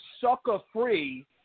sucker-free